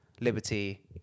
liberty